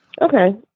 Okay